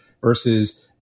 versus